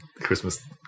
Christmas